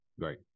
Right